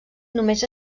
només